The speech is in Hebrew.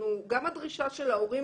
גם הדרישה של ההורים,